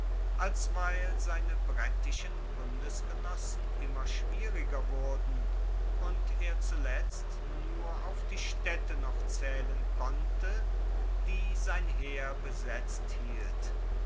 als weil seine brettischen bundesgenossen immer schwieriger wurden und er zuletzt nur auf die staedte noch zaehlen konnte die sein heer besetzt hielt